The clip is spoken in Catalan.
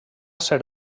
ser